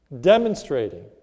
demonstrating